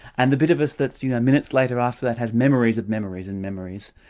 and the bit of us that's you know minutes later after that, has memories of memories and memories,